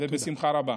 ובשמחה רבה.